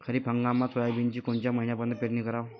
खरीप हंगामात सोयाबीनची कोनच्या महिन्यापर्यंत पेरनी कराव?